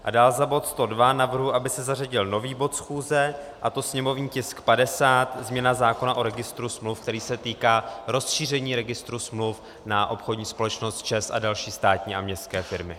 A dál za bod 102 navrhuji, aby se zařadil nový bod schůze, a to sněmovní tisk 50, změna zákona o registru smluv, který se týká rozšíření registru smluv na obchodní společnost ČEZ a další státní a městské firmy.